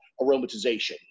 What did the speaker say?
aromatization